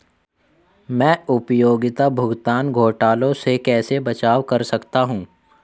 मैं उपयोगिता भुगतान घोटालों से कैसे बचाव कर सकता हूँ?